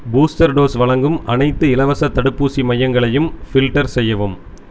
booster dose வழங்கும் அனைத்து இலவசத் தடுப்பூசி மையங்களையும் ஃபில்டர் செய்யவும்